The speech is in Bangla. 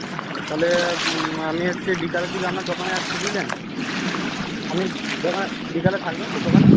আচ্ছা তাহলে আমি হচ্ছে বিকালের দিকে আপনার দোকানে আসছি বুঝলেন আপনি দোকান বিকেলে থাকবেন তো দোকানে